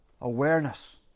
awareness